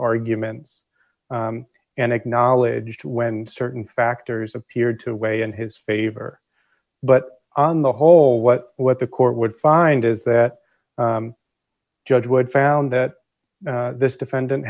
arguments and acknowledged when certain factors appeared to weigh in his favor but on the whole what what the court would find is that judge would found that this defendant